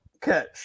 catch